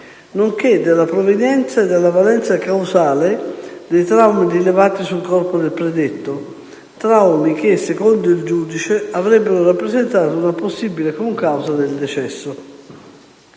nonché della provenienza e della valenza causale dei traumi rilevati sul corpo del predetto che, secondo il giudice, avrebbero rappresentato una possibile concausa del decesso.